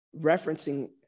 referencing